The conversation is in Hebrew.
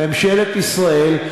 ממשלת ישראל,